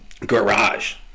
garage